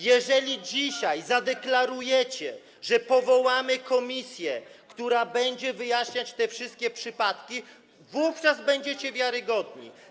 Jeżeli dzisiaj zadeklarujecie, że powołamy komisję, która będzie wyjaśniać te wszystkie przypadki, wówczas będziecie wiarygodni.